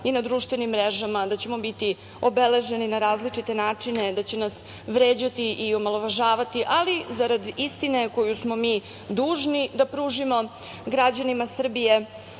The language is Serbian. i na društvenim mrežama, da ćemo biti obeleženi na različite načine, da će nas vređati i omalovažavati, ali zarad istine koju smo mi dužni da pružimo građanima Srbije,